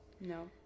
No